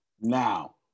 Now